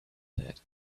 said